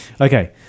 Okay